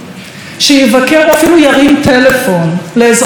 שיבקר או אפילו ירים טלפון לאזרחי ישראל